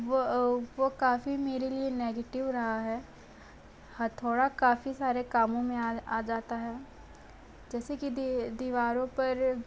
वो वो काफ़ी मेरे लिए नेगेटिव रहा है हथौड़ा काफ़ी सारे कामों में आ आ जाता है जैसे कि दीवारों पर